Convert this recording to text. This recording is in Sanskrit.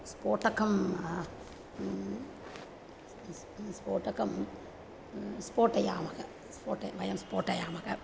स्फोटकं स्फोटकं स्फोटयामः स्फोटं वयं स्फोटयामः